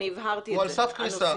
הבהרתי את זה.